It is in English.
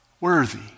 worthy